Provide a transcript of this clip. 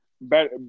better